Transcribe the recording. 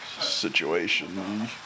situation